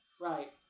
Right